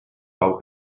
pau